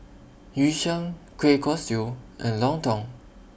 Yu Sheng Kueh Kosui and Lontong